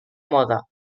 moda